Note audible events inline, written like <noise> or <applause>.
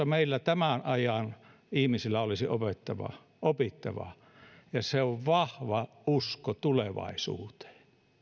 <unintelligible> meillä tämän ajan ihmisillä olisi opittavaa opittavaa ja se on vahva usko tulevaisuuteen